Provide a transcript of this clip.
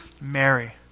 Mary